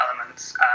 elements